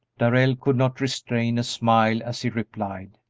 darrell could not restrain a smile as he replied,